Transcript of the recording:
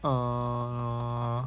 err